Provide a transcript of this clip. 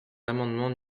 l’amendement